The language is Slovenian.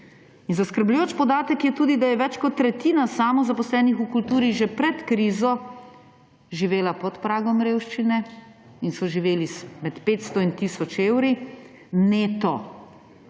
Zaskrbljujoč podatek je tudi, da je več kot tretjina samozaposlenih v kulturi že pred krizo živelo pod pragom revščine in so živeli z med 500 in tisoč evri. Neto.